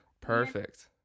perfect